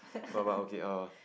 well but okay err